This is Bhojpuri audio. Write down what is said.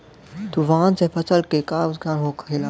तूफान से फसल के का नुकसान हो खेला?